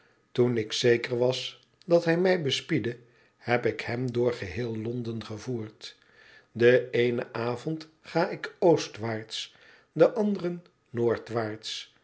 toen ik zeker was dat hij mij bespiedde heb ik hem door geheel londen gevoerd den eenen avond ga üc oostwaarts den anderen